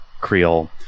Creole